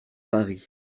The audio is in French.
paris